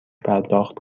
پرداخت